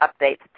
updates